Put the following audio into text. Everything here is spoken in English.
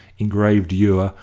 engraved ewer,